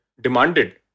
demanded